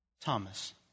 Thomas